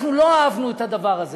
אנחנו לא אהבנו את הדבר הזה.